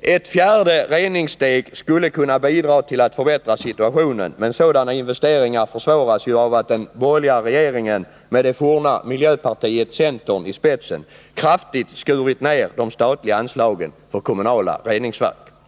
Ett fjärde reningssteg skulle kunna bidra till att förbättra situationen, men sådana investeringar försvåras ju av att den borgerliga regeringen med det forna miljöpartiet centern i spetsen kraftigt skurit ned de statliga anslagen för kommunala reningsverk.